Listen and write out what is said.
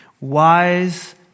Wise